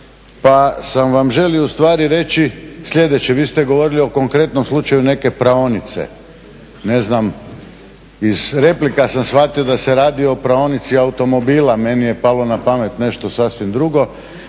pa sam vam želio ustvari reći sljedeće. Vi ste govorili o konkretnom slučaju neke praonice. Ne znam, iz replika sam shvatio da se radi o praonici automobila. Meni je palo na pamet nešto sasvim drugo,